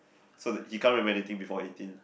so that he can't remember anything before eighteen